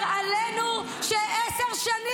ואני קוראת גם לחברים שלי,